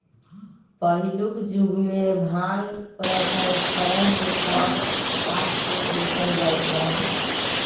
पहिलुक जुगमें भांग प्रसंस्करण के काम हात से कएल जाइत रहै